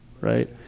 right